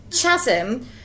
chasm